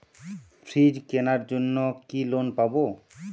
Fridge কেনার জন্য কি লোন পাব?